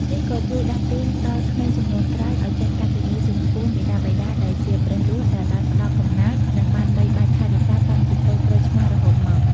នេះក៏ជួយដាស់តឿនដល់ក្មេងជំនាន់ក្រោយឲ្យចេះកតញ្ញូចំពោះមាតាបិតាដែលជាព្រះរស់ដែលបានផ្តល់កំណើត និងបានបីបាច់ថែរក្សាតាំងពីតូចក្រូចឆ្មារហូតមក។